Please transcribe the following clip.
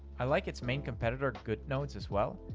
i like it's main competitor goodnotes as well,